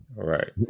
Right